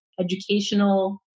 educational